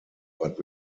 but